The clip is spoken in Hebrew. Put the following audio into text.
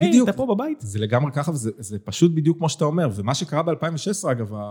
בדיוק. אתה פה בבית. זה לגמרי ככה וזה פשוט בדיוק כמו שאתה אומר. ומה שקרה ב-2016, אגב...